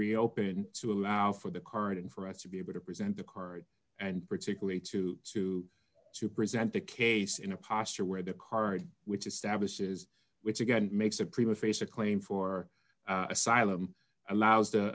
reopened to allow for the current and for us to be able to present the card and particularly to to to present the case in a posture where the card which establishes which again makes a prima facie claim for asylum allows the